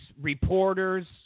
Reporters